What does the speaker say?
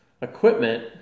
equipment